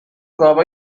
گاوا